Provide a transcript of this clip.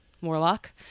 warlock